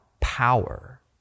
power